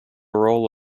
role